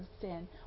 sin